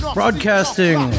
broadcasting